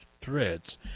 threads